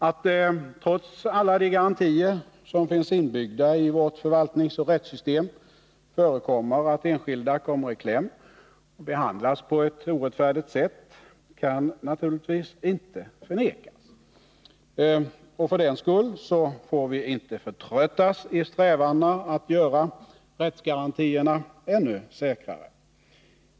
Att det trots alla de garantier som finns inbyggda i vårt förvaltningsoch rättssystem förekommer att enskilda kommer i kläm och behandlas på ett orättfärdigt sätt kan naturligtvis inte förnekas. För den skull får vi inte förtröttas i strävandena att göra rättsgarantierna ännu säkrare.